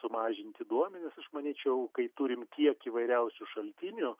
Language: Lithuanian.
sumažinti duomenys aš manyčiau kai turim tiek įvairiausių šaltinių